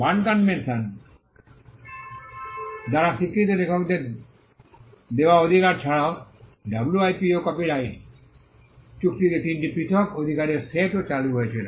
burn convention দ্বারা স্বীকৃত লেখকদের দেওয়া অধিকার ছাড়াও ডব্লিউআইপিও কপিরাইট চুক্তিতে তিনটি পৃথক অধিকারের সেটও চালু হয়েছিল